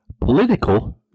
Political